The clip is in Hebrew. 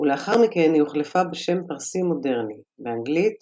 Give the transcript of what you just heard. ולאחר מכן היא הוחלפה בשם פרסי מודרני, באנגלית